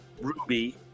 ruby